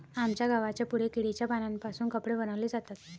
आमच्या गावाच्या पुढे केळीच्या पानांपासून कपडे बनवले जातात